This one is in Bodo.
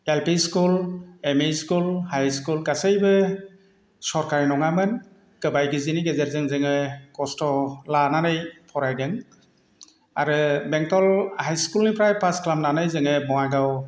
L P school M E school high school गासैबो सरखारि नङामोन गोबाय गिजिनि गेजेरजों जोङो खस्थ' लानानै फरायदों आरो बेंथल हाइ स्कुलनिफ्राय पास खालामनानै जोङो बङाइगाव